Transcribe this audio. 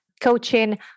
coaching